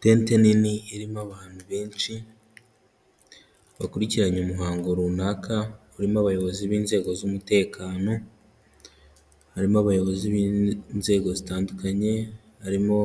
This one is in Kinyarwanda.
Tente nini irimo abantu benshi bakurikiranye umuhango runaka, urimo abayobozi b'inzego z'umutekano, harimo abayobozi b'inzego zitandukanye, harimo